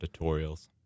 tutorials